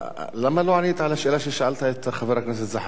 למה לא ענית על השאלה ששאלת את חבר הכנסת זחאלקה?